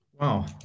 Wow